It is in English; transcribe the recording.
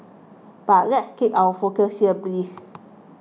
but let's keep our focus here please